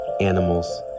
animals